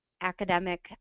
academic